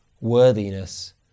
worthiness